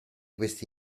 questi